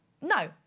no